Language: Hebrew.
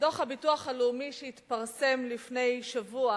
דוח הביטוח הלאומי שהתפרסם לפני שבוע